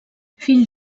fill